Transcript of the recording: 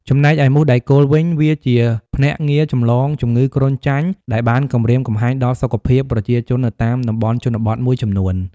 ចំណែកឯមូសដែកគោលវិញ វាជាភ្នាក់ងារចម្លងជំងឺគ្រុនចាញ់ដែលបានគំរាមកំហែងដល់សុខភាពប្រជាជននៅតាមតំបន់ជនបទមួយចំនួន។